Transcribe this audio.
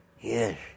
Yes